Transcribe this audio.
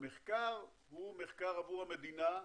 המחקר הוא עבור המדינה,